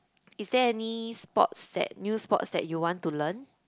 is there any sports that new sports that you want to learn